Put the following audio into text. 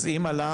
אז אם עלה,